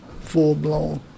full-blown